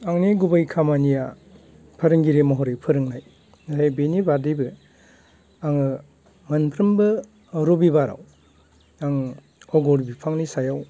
आंनि गुबै खामानिया फोरोंगिरि महरै फोरोंनाय आरो बेनि बादैबो आङो मोनफ्रोमबो रबिबाराव आं अगरु बिबांनि सायाव